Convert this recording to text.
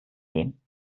sehen